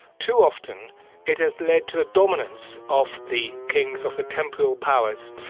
too often it has led to the dominance of the kings of the temporal powers,